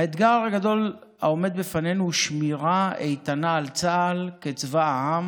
האתגר הגדול העומד בפנינו הוא שמירה איתנה על צה"ל כצבא העם